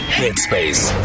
Headspace